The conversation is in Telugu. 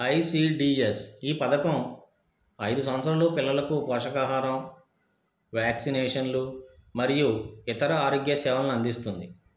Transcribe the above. ఐసిడిఎస్ ఈ పథకం ఐదు సంవత్సరాలలోపు పిల్లలకు పోషకాహారం వ్యాక్సినేషన్లు మరియు ఇతర ఆరోగ్య సేవలను అందిస్తుంది